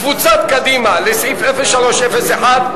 קבוצת קדימה לסעיף 0301,